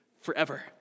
forever